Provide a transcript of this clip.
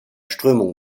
strömung